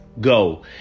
go